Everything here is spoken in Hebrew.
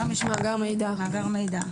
מאגר מידע.